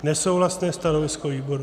Nesouhlasné stanovisko výboru.